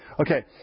Okay